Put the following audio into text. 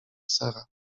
sara